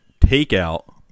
takeout